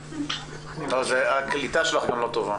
ח"כ עאידה תומא סלימאן.